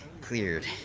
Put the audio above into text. cleared